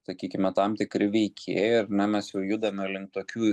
sakykime tam tikri veikėjai ar ne mes jau judame link tokių